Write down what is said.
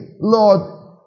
Lord